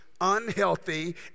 unhealthy